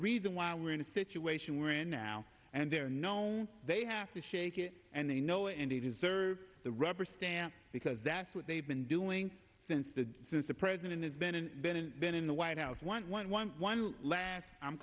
reason why we're in a situation we're in now and they're known they have to shake it and they know indeed deserve the rubber stamp because that's what they've been doing since the since the president has been in bed and been in the white house one one one one last i'm